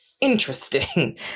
interesting